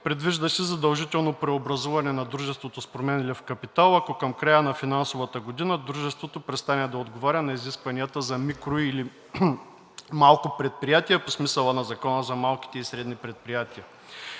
Предвижда се задължително преобразуване на дружеството с променлив капитал, ако към края на финансовата година дружеството престане да отговоря на изискванията за микро- или малко предприятие по смисъла на Закона за малките и средните предприятия.